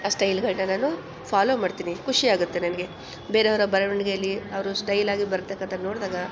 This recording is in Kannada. ಆ ಸ್ಟೈಲ್ ನಾನು ಫಾಲೋ ಮಾಡ್ತೀನಿ ಖುಷಿ ಆಗುತ್ತೆ ನನಗೆ ಬೇರೆಯವರ ಬರವಣಿಗೆಯಲ್ಲಿ ಅವರು ಸ್ಟೈಲಾಗಿ ಬರೆದಿರ್ತಕ್ಕಂಥ ನೋಡಿದಾಗ